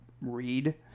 read